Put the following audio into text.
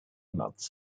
months